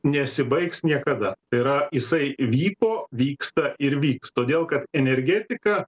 nesibaigs niekada tai yra jisai vyko vyksta ir vyks todėl kad energetika